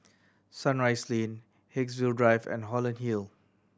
Sunrise Lane Haigsville Drive and Holland Hill